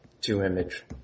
two-image